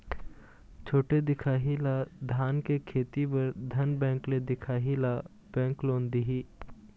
छोटे दिखाही ला धान के खेती बर धन बैंक ले दिखाही ला बैंक लोन दिही?